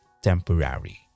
temporary